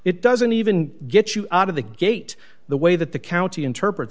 it doesn't even get you out of the gate the way that the county interpret